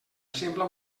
sembla